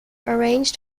arranged